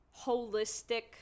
holistic